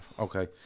Okay